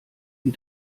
die